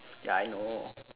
ya I know